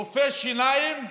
רופא שיניים,